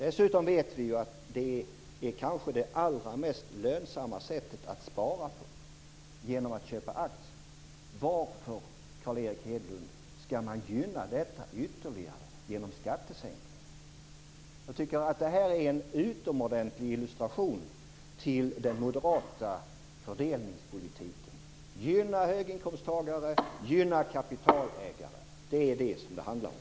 Vi vet också att aktieköp kanske är det allra mest lönsamma sättet att spara på. Varför, Carl Erik Hedlund, skall man gynna detta ytterligare genom skattesänkning? Jag tycker att det här är en utomordentlig illustration till den moderata fördelningspolitiken: Gynna höginkomsttagare, gynna kapitalägare! Det är det som det handlar om.